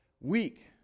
week